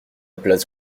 place